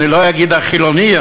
אני לא אגיד החילוני,